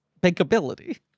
bankability